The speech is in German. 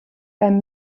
beim